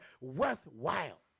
worthwhile